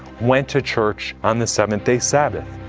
went to church on the seventh-day sabbath.